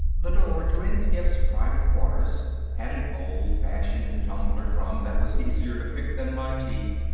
the door to inskipp's private quarters had an old-fashioned tumbler drum that was easier to pick than my teeth.